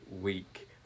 week